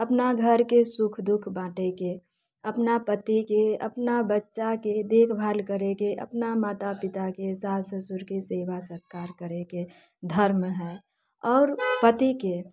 अपना घरके सुख दुख बाँटैके अपना पतिके अपना बच्चाके देखभाल करैके अपना माता पिताके सास ससुरके सेवा सत्कार करैके धर्म हय आओर आओर पतिके